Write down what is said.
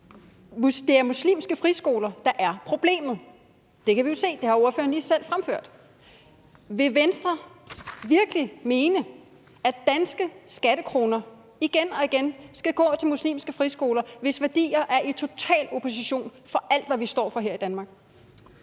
det er muslimske friskoler, der er problemet. Det kan vi jo se; det har ordføreren lige selv fremført. Vil Venstre virkelig mene, at danske skattekroner igen og igen skal gå til muslimske friskoler, hvis værdier er i total opposition til alt, hvad vi står for her i Danmark?